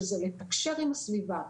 שזה לתקשר עם הסביבה,